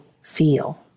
feel